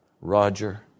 Roger